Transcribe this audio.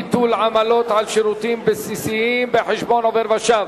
ביטול עמלות על שירותים בסיסיים בחשבון עובר ושב),